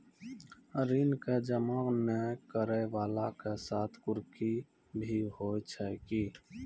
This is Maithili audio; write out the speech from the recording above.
ऋण के जमा नै करैय वाला के साथ कुर्की भी होय छै कि?